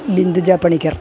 Binduja Panicker